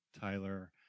Tyler